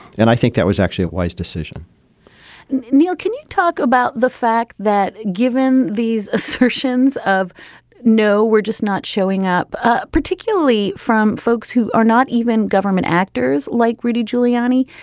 and i think that was actually a wise decision neal, can you. talk about the fact that given these assertions of no, we're just not showing up, ah particularly from folks who are not even government actors like rudy giuliani,